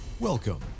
Welcome